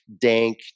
dank